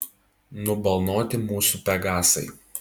nubalnoti mūsų pegasai